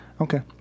Okay